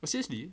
oh seriously